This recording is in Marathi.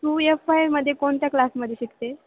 तू एफ वायमध्ये कोणत्या क्लासमध्ये शिकते